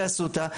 באסותא,